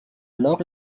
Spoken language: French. alors